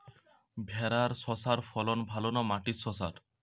ভেরার শশার ফলন ভালো না মাটির শশার?